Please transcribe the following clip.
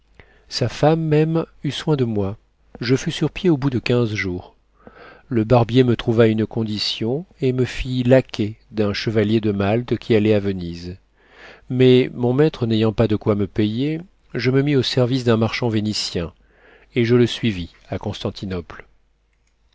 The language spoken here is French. sa femme même eut soin de moi je fus sur pied au bout de quinze jours le barbier me trouva une condition et me fit laquais d'un chevalier de malte qui allait à venise mais mon maître n'ayant pas de quoi me payer je me mis au service d'un marchand vénitien et je le suivis à constantinople